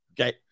Okay